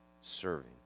serving